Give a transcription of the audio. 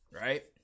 Right